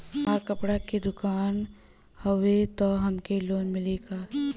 हमार कपड़ा क दुकान हउवे त हमके लोन मिली का?